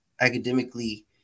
academically